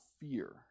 fear